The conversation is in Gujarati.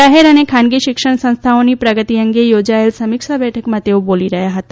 જાહેર અને ખાનગી શિક્ષણ સંસ્થાઓની પ્રગતી અંગે યોજાયેલી સમીક્ષા બેઠકમાં તેઓ બોલી રહ્યા હતા